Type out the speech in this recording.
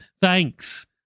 Thanks